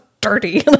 dirty